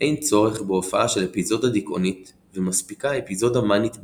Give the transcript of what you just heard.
אין צורך בהופעה של אפיזודה דיכאונית ומספיקה אפיזודה מאנית בלבד.